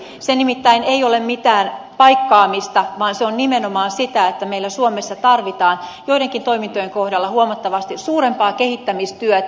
se nimittäin ei ole mitään paikkaamista vaan se on nimenomaan sitä että meillä suomessa tarvitaan joidenkin toimintojen kohdalla huomattavasti suurempaa kehittämistyötä